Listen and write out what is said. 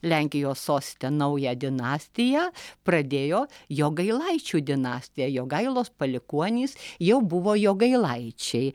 lenkijos soste naują dinastiją pradėjo jogailaičių dinastiją jogailos palikuonys jau buvo jogailaičiai